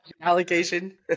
Allocation